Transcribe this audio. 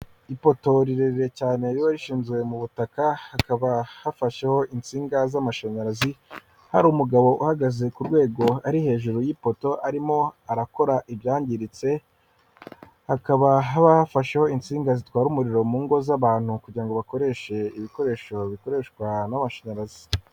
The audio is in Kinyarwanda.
Ipoto rirerire cyane riba rishinzwe mu butaka hakaba hafasheho insinga z'amashanyarazi hari umugabo uhagaze ku rwego ari hejuru y'ipoto arimo arakora ibyangiritse. Hakaba haba hafasheho insinga zitwara umuriro mu ngo z'abantu kugira ngo bakoreshe ibikoresho bikoreshwa n'amashanyarazi.